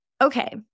Okay